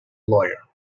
lawyer